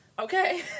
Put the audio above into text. Okay